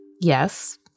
Yes